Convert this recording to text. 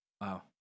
wow